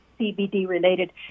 CBD-related